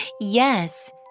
Yes